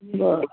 बरं